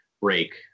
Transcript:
break